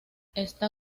está